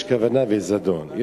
יש כוונה ויש זדון.